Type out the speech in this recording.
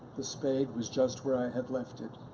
the sade was just where i had left it.